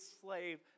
slave